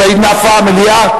סעיד נפאע, מליאה?